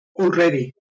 already